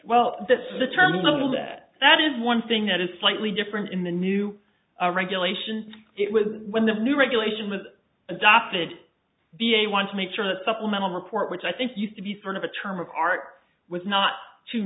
well that's the terminal that that is one thing that is slightly different in the new regulation it was when the new regulation was adopted the a want to make sure that supplemental report which i think used to be sort of a term of art was not t